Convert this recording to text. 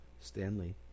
Stanley